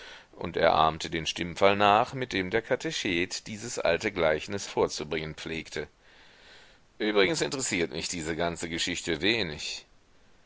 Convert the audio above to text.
und er ahmte den stimmfall nach mit dem der katechet dieses alte gleichnis vorzubringen pflegte übrigens interessiert mich diese ganze geschichte wenig